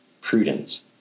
prudence